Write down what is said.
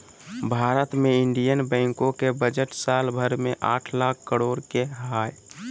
भारत मे इन्डियन बैंको के बजट साल भर मे आठ लाख करोड के हय